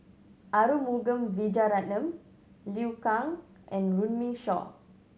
Arumugam Vijiaratnam Liu Kang and Runme Shaw